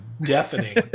deafening